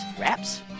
wraps